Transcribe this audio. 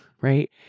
right